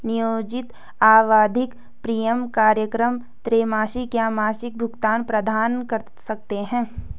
नियोजित आवधिक प्रीमियम कार्यक्रम त्रैमासिक या मासिक भुगतान प्रदान कर सकते हैं